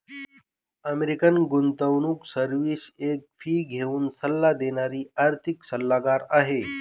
American गुंतवणूक service एक fee घेऊन सल्ला देणारी आर्थिक सल्लागार आहे